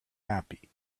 happy